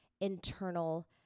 internal